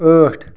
ٲٹھ